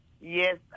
Yes